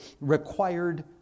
required